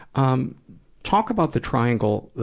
um talk about the triangle, ah,